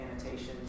annotations